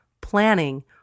planning